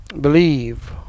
believe